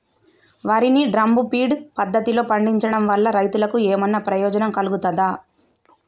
వరి ని drum feed పద్ధతిలో పండించడం వల్ల రైతులకు ఏమన్నా ప్రయోజనం కలుగుతదా?